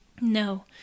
No